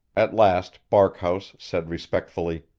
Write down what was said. at last barkhouse said respectfully